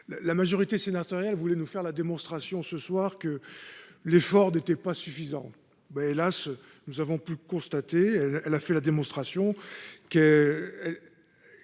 la majorité sénatoriale voulait nous faire la démonstration ce soir que l'effort n'était pas suffisant, mais hélas, nous avons pu constater, elle a fait la démonstration qu'elle